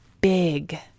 big